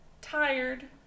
tired